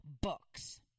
books